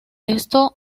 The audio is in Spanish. esto